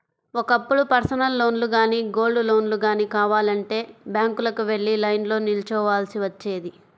ఒకప్పుడు పర్సనల్ లోన్లు గానీ, గోల్డ్ లోన్లు గానీ కావాలంటే బ్యాంకులకు వెళ్లి లైన్లో నిల్చోవాల్సి వచ్చేది